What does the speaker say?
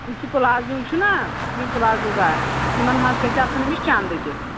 یُس یہِ پٕلازو چھُنہ یِم پٕلازو دار یِمَن حظ گژھِ آسُن أمِس چَنٛدٕ تہِ